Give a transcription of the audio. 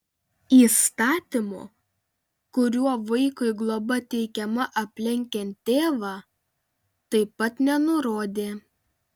įstatymo kuriuo vaikui globa teikiama aplenkiant tėvą taip pat nenurodė